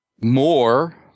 more